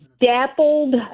Dappled